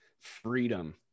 freedom